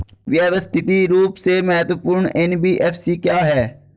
व्यवस्थित रूप से महत्वपूर्ण एन.बी.एफ.सी क्या हैं?